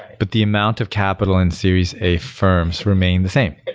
but the amount of capital in series a firms remain the same,